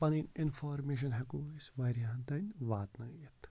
پَنٕںۍ اِنفارمیشَن ہٮ۪کو أسۍ واریاہَن تانۍ واتنٲوِتھ